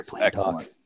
excellent